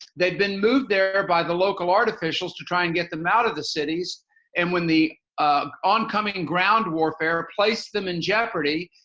they have been moved there by the local art officials to try and get them out of the cities and when the oncoming and ground warfare placed them in jeopardy,